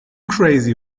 crazy